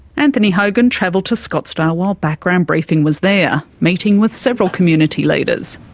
anthony hogan travelled to scottsdale while background briefing was there, meeting with several community leaders.